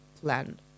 plan